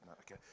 Okay